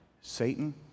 Satan